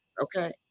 Okay